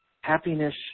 Happiness